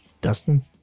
dustin